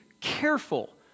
careful